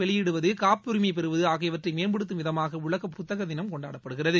வெளியிடுவது காப்புரிமை பெறுவது ஆகியவற்றை மேம்படுத்தும் விதமாக உலக புத்தக தினம் கொண்டாடப்படுகிறது